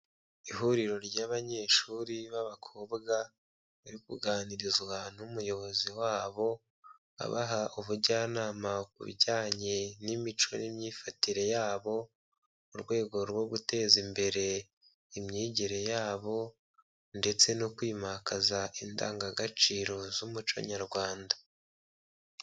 Ihuriro ry'abanyeshuri b'abakobwa, bari kuganirizwa n'umuyobozi wabo abaha ubujyanama ku bijyanye n'imico n'imyifatire yabo, mu rwego rwo guteza imbere imyigire yabo, ndetse no kwimakaza indangagaciro z'umuco Nyarwanda.